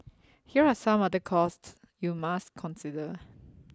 here are some other costs you must consider